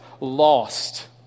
lost